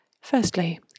Firstly